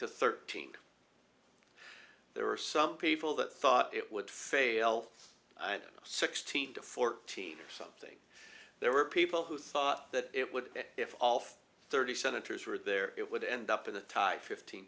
to thirteen there were some people that thought it would fail sixteen to fourteen or something there were people who thought that it would be if thirty senators were there it would end up in the tie fifteen